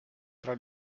tra